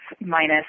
minus